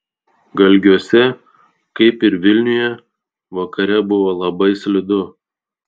galgiuose kaip ir vilniuje vakare buvo labai slidu